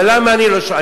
אבל למה אני לא שומע.